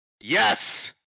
Yes